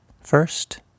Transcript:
First